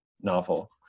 novel